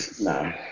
No